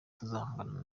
tuzahangana